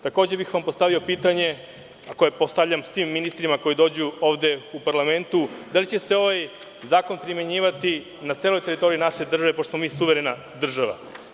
Takođe bih vam postavio pitanje koje postavljam svim ministrima koji dođu u parlament – da li će se ovaj zakon primenjivati na celoj teritoriji naše države pošto smo mi suverena država?